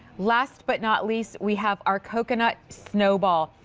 last but not least, we have our coconut snowball.